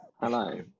Hello